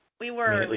we were.